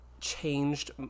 changed